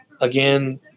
Again